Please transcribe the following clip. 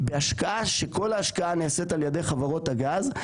שכל ההשקעה נעשית על ידי חברות הגז.